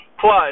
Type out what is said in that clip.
Plus